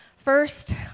First